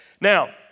Now